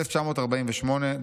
1948,